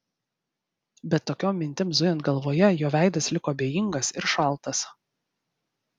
bet tokiom mintim zujant galvoje jo veidas liko abejingas ir šaltas